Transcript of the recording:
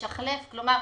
משחלף, כלומר,